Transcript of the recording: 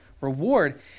reward